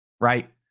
right